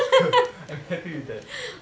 I'm happy with that